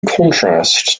contrast